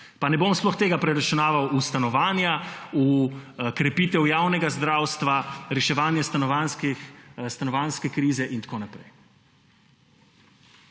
ne bom tega preračunaval v stanovanja, v krepitev javnega zdravstva, reševanje stanovanjske krize in tako naprej.